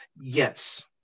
Yes